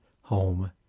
home